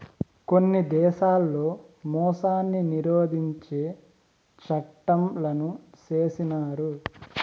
కొన్ని దేశాల్లో మోసాన్ని నిరోధించే చట్టంలను చేసినారు